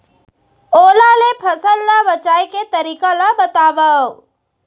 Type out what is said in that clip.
ओला ले फसल ला बचाए के तरीका ला बतावव?